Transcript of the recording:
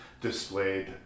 displayed